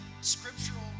scriptural